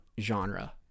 genre